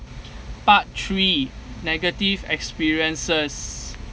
part three negative experiences